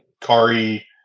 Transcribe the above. Kari